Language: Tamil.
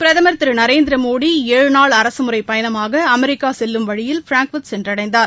பிரதமர் திரு நரேந்திரமோடி ஏழு நாள் அரசுமுறைப் பயணமாக அமெரிக்கா செல்லும் வழியில் ப்ராங்பர்ட் சென்றடைந்தார்